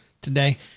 today